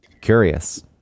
curious